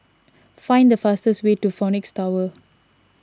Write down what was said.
find the fastest way to Phoenix Tower